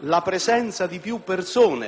la presenza di più persone (anch'essa circostanza oggettiva),